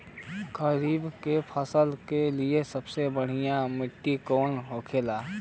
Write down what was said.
खरीफ की फसल के लिए सबसे बढ़ियां मिट्टी कवन होखेला?